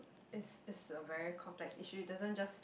is is a very complex issue it doesn't just